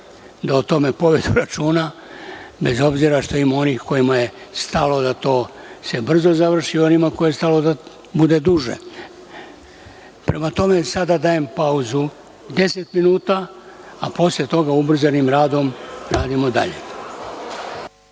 da o tome povedu računa bez obzira što ima onih kojima je stalo da to se brzo završi i onima kojima je stalo da bude duže. Prema tome, sada dajem pauzu, deset minuta, a posle toga ubrzanim radom radimo dalje.(Posle